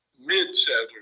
mid-Saturday